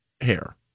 hair